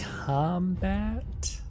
combat